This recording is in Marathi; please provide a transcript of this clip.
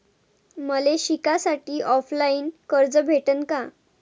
मले शिकासाठी ऑफलाईन कर्ज भेटन का?